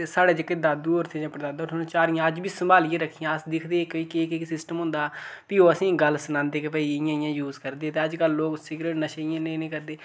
ते साढ़े जेह्के दादू होर थे जां परदादा होर उनें झारियां अज्ज बी संभालियै रक्खी दियां अस दिखदे हे कि केह् केह् सिस्टम होंदा फ्ही ओह् असेंगी गल्ल सनांदे हे के भई इयां इयां यूज़ करदे ते अज्जकल लोक सिगरट नशे इयां इन्ने इन्ने करदे